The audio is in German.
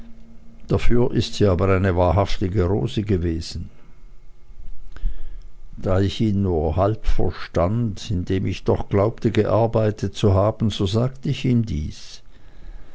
dafür ist sie aber eine wahrhaftige rose gewesen da ich ihn nur halb verstand indem ich doch glaubte gearbeitet zu haben so sagte ich ihm dies